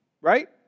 right